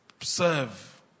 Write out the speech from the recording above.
serve